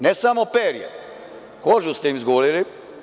Ne samo perje, kožu ste im zgulili.